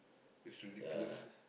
it's ridiculous